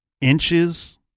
inches